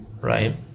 right